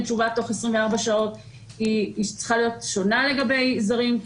תשובה תוך 24 שעות צריכה להיות שונה לגבי זרים.